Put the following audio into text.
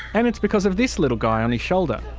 and it's because of this little guy on his shoulder.